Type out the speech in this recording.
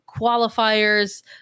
qualifiers